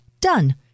Done